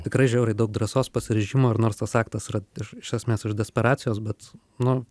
tikrai žiauriai daug drąsos pasiryžimo ir nors tas aktas yra iš iš esmės iš desperacijos bet nu